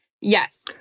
Yes